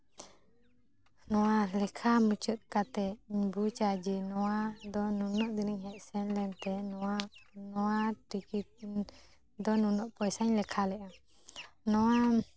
ᱱᱚᱣᱟ ᱞᱮᱠᱷᱟ ᱢᱩᱪᱟᱹᱫ ᱠᱟᱛᱮ ᱵᱩᱡᱟ ᱡᱮ ᱱᱚᱣᱟ ᱫᱚ ᱱᱩᱱᱟᱹᱜ ᱤᱱᱤᱧ ᱦᱮᱡ ᱥᱮᱱ ᱞᱮᱱ ᱛᱮ ᱱᱚᱣᱟ ᱱᱚᱣᱟ ᱴᱤᱠᱤᱴ ᱫᱚ ᱱᱩᱱᱟᱹᱜ ᱯᱚᱭᱥᱟᱧ ᱞᱮᱠᱷᱟ ᱞᱮᱜᱼᱟ ᱱᱚᱣᱟ